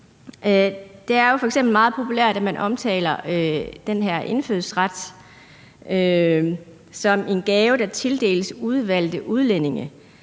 f.eks. meget populært, at man omtaler den her indfødsret som en gave, der tildeles udvalgte udlændinge;